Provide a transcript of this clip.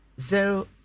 zero